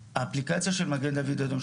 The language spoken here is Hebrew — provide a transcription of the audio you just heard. האפליקציה של מגן דוד אדום,